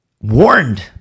warned